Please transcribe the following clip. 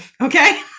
okay